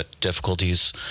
difficulties